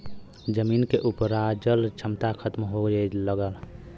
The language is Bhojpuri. जमीन के उपराजल क्षमता खतम होए लगल